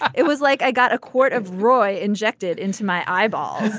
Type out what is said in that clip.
it was like i got a quart of roy injected into my eyeball